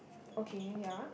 okay ya